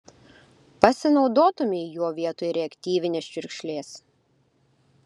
pasinaudotumei juo vietoj reaktyvinės čiurkšlės